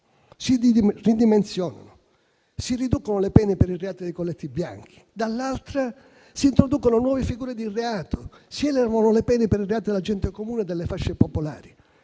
si ridimensionano e si riducono le pene per i reati dei colletti bianchi; dall'altra, si introducono nuove figure di reato, si elevano le pene per i reati della gente comune e delle fasce popolari.